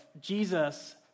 Jesus